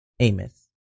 Amos